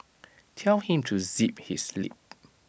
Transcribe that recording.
tell him to zip his lip